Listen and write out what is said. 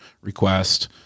request